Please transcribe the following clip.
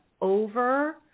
over